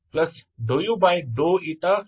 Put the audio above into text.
तो यह मुझे ∂u∂x ∂u ∂uदेगा